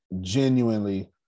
genuinely